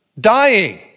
dying